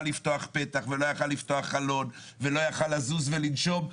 לפתוח פתח ולא יכול היה לפתוח חלון ולא יכול היה לזוז ולנשום,